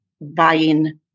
buying